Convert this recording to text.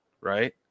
right